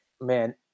man